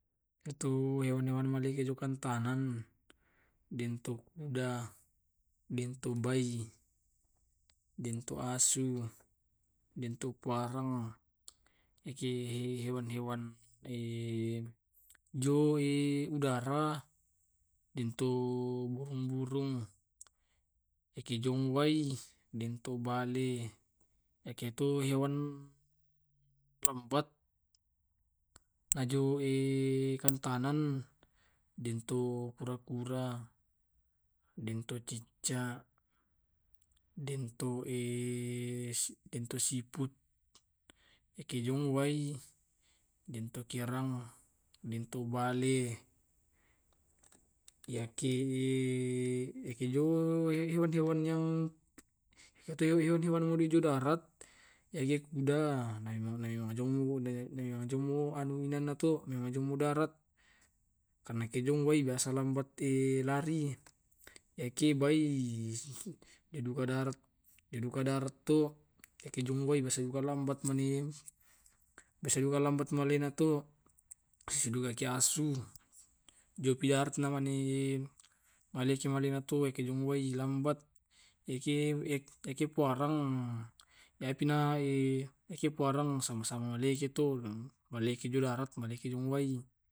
Ya to hewan hewan malege jogantanan dentu kuda, dentu bay, dentu asu, dentu buareng. Yaki hewan-hewan jo udarah dentu burung-burung. Ikijong wai, dentu bale. Ikitoi hewan lambat najo kantanan dentu kura-kura, dentu cicak, dentu si dentu siput. Ekejongwai dentu kierang, dentu bale. Yake ekejo hewan-hewan yang hewan hewan yang itu hijau-hijau darat, ege kuda naenae naenaejong enanna tu naejong widarat, karena ekejo wai biasa lambat lari. Eki bay deduka darat deduka darat to ekejongwai masih juga lambat masih juga lambat malena to sisidugaki asu. Jopi darat inamanya malena maki to ekejongwai lambat eke eke puareng epi na e eke puareng sama-sama malekeng to di darat malakeng deng wai.